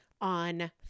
on